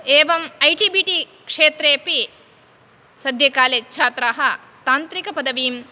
एवम् I T B T क्षेत्रेऽपि सद्यकाले छात्राः तान्त्रिकपदवीं